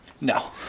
No